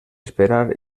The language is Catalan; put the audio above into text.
esperar